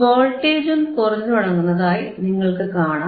വോൾട്ടേജും കുറഞ്ഞുതുടങ്ങുന്നതായി നിങ്ങൾക്കു കാണാം